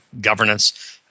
governance